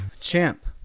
Champ